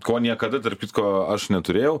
ko niekada tarp kitko aš neturėjau